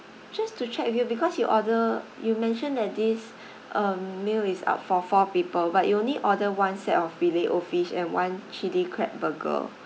just to check with you because you order you mentioned that this um meal is out for four people but you only order one set of fillet O fish and one chili crab burger